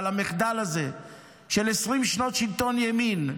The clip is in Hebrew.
על המחדל הזה של 20 שנות שלטון ימין?